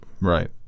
Right